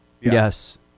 Yes